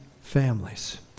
families